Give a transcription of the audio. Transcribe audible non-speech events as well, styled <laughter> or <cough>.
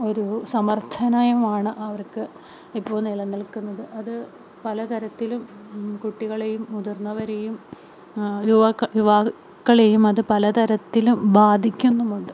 ഒരു <unintelligible> അവർക്ക് ഇപ്പോള് നിലനിൽക്കുന്നത് അത് പലതരത്തിലും കുട്ടികളെയും മുതിർന്നവരെയും യുവാക്കളെയും അത് പലതരത്തിലും ബാധിക്കുന്നുമുണ്ട്